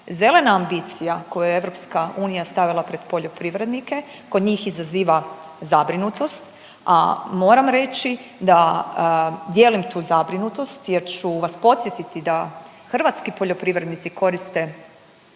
Zelena ambicija koju je EU stavila pred poljoprivrednike kod njih izaziva zabrinutost, a moram reći da dijelim tu zabrinutost jer ću vas podsjetiti da hrvatski poljoprivrednici koriste